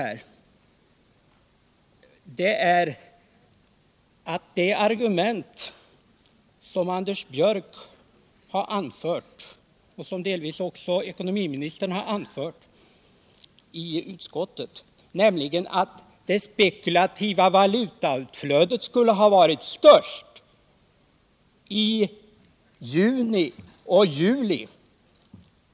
Han anför ett argument som också ekonomiministern har anfört i utskottet, nämligen att det spekulativa valutautflödet skulle ha varit störst i juni och juli.